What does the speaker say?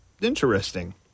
interesting